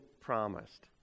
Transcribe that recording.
promised